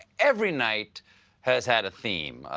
every night has had a theme.